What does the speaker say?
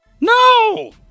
No